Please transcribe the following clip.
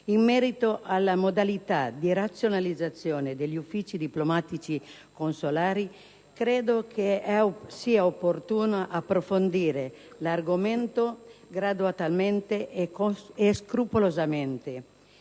in merito alle modalità di razionalizzazione degli uffici diplomatico-consolari, credo sia opportuno approfondire l'argomento gradatamente e scrupolosamente.